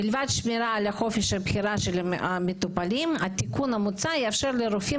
מלבד שמירה על חופש הבחירה של המטופלים התיקון המוצע יאפשר לרופאים